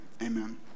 amen